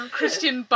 Christian